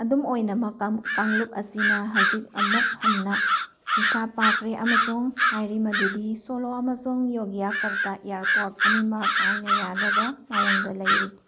ꯑꯗꯨꯝ ꯑꯣꯏꯅꯃꯛ ꯀꯥꯡꯂꯨꯞ ꯑꯁꯤꯅ ꯍꯧꯖꯤꯛ ꯑꯃꯨꯛ ꯍꯟꯅ ꯍꯤꯟꯁꯥꯞ ꯄꯥꯈ꯭ꯔꯦ ꯑꯃꯁꯨꯡ ꯍꯥꯏꯔꯤ ꯃꯗꯨꯗꯤ ꯁꯣꯂꯣ ꯑꯃꯁꯨꯡ ꯌꯣꯒ꯭ꯌꯥ ꯀꯔꯇꯥ ꯑꯦꯌꯥꯔꯄꯣꯔꯠ ꯑꯅꯤꯃꯛ ꯑꯥꯏꯟꯅ ꯌꯥꯗꯕ ꯃꯑꯣꯡꯗ ꯂꯩꯔꯤ